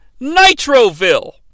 Nitroville